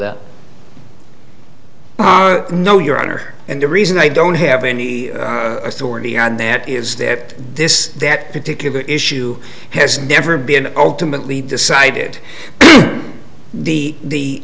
that no your honor and the reason i don't have any authority on that is that this that particular issue has never been ultimately decided the